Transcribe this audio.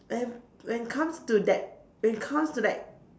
and when it comes to that when it comes to like